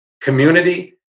community